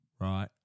Right